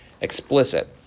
explicit